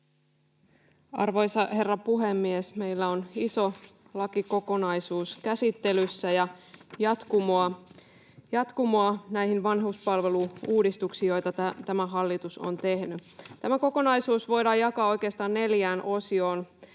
Arvoisa herra puhemies! Meillä on käsittelyssä iso lakikokonaisuus ja jatkumoa näihin vanhuspalvelu-uudistuksiin, joita tämä hallitus on tehnyt. Tämä kokonaisuus voidaan jakaa oikeastaan neljään osioon: